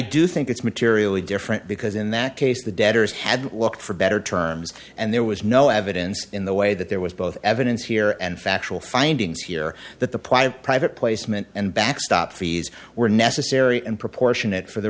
do think it's materially different because in that case the debtors had looked for better terms and there was no evidence in the way that there was both evidence here and factual findings here that the private private placement and backstop fees were necessary and proportionate for the